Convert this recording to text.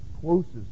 closest